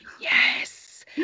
yes